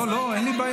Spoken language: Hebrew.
לא, לא, אין לי בעיה.